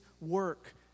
work